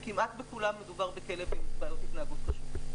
וכמעט בכולם מדובר בכלב עם בעיות התנהגות קשות.